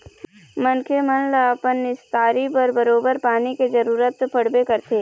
मनखे मन ल अपन निस्तारी बर बरोबर पानी के जरुरत तो पड़बे करथे